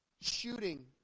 shooting